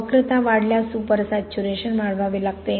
वक्रता वाढल्यास सुपरसॅच्युरेशन वाढवावे लागते